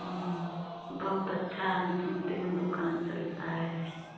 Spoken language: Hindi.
बहुत अच्छा हम सुनते हैं दुकान चलता है